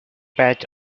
patch